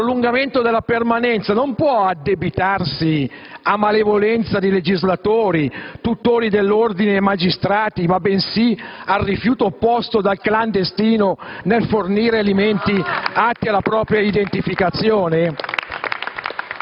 il prolungamento della permanenza non può addebitarsi a malevolenza di legislatori, tutori dell'ordine e magistrati, bensì al rifiuto opposto dal clandestino nel fornire elementi atti alla propria identificazione?